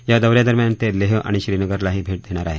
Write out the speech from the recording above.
या दौ या दरम्यान ते लेह आणि श्रीनगरलाही भे दे णार आहेत